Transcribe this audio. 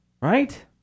right